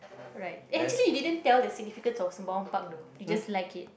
right eh actually you didn't tell the significant of Sembawang Park though you just like it